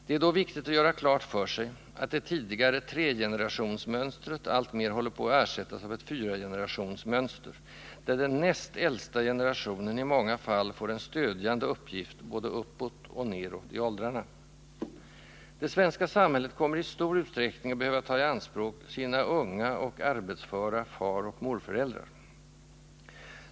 Det är då viktigt att göra klart för sig att det tidigare tregenerationsmönstret alltmer håller på att ersättas av ett fyragenerationsmönster, där den näst äldsta generationen i många fall får en stödjande uppgift både uppåt och nedåt i åldrarna. Det svenska samhället kommer i stor utsträckning att behöva ta i anspråk sina unga och arbetsföra faroch morföräldrar.